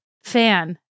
fan